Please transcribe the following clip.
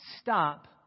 stop